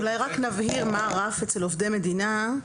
אולי רק נבהיר מה הרף אצל עובדי מדינה.